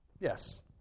Yes